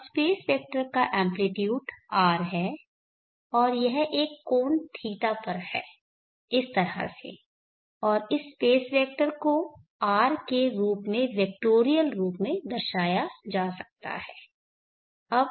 अब space vector का amplitude r है और यह एक कोण θ पर है इस तरह से और इस स्पेस वेक्टर को R के रूप में वेक्टोरिएल रूप में दर्शाया जा सकता है